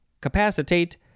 Capacitate